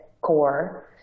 core